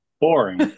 boring